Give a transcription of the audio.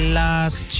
last